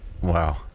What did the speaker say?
Wow